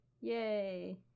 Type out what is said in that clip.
Yay